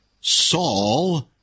Saul